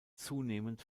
zunehmend